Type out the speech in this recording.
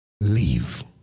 Leave